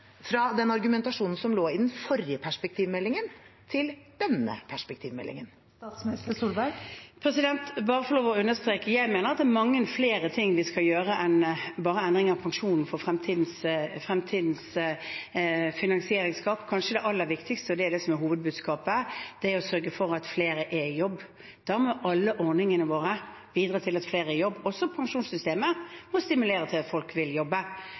fra den argumentasjonen som lå i den forrige perspektivmeldingen, til denne perspektivmeldingen? Jeg vil bare få lov å understreke at jeg mener det er mange flere ting vi skal gjøre for fremtidens finansieringsgap enn bare endring av pensjonen. Det kanskje aller viktigste, og det som er hovedbudskapet, er å sørge for at flere er i jobb. Da må alle ordningene våre bidra til at flere er i jobb. Også pensjonssystemet må stimulere til at folk vil jobbe.